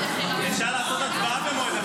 אי-אפשר, תשובה על החוק.